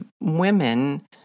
women